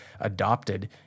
adopted